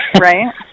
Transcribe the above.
right